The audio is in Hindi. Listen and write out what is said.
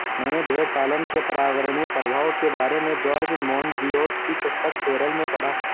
मैंने भेड़पालन के पर्यावरणीय प्रभाव के बारे में जॉर्ज मोनबियोट की पुस्तक फेरल में पढ़ा